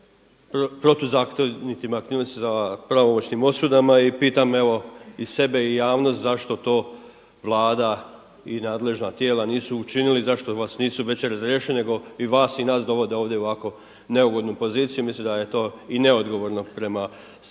protuzakonitim aktivnostima, sa pravomoćnim osudama. I pitam i sebe i javnost zašto to Vlada i nadležna tijela nisu učinili, zašto vas nisu već razriješili nego i vas i nas dovode ovdje u ovako neugodnu poziciju. Mislim da je to i neodgovorno prema državnom